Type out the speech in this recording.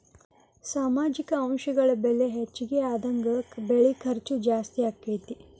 ಸಾಮಾಜಿಕ ಅಂಶಗಳ ಬೆಲೆ ಹೆಚಗಿ ಆದಂಗ ಬೆಳಿ ಖರ್ಚು ಜಾಸ್ತಿ ಅಕ್ಕತಿ